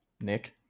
Nick